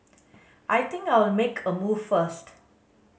I think I'll make a move first